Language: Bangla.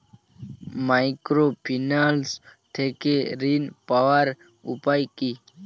মাইক্রোফিন্যান্স থেকে ঋণ পাওয়ার উপায় কি?